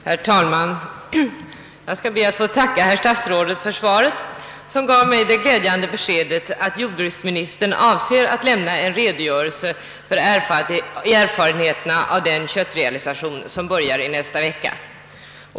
Herr talman! Jag ber att få tacka herr statsrådet för svaret som gav mig det glädjande beskedet att jordbruksministern avser att lämna en redogörelse för erfarenheterna av den köttrealisation som börjar nästa vecka.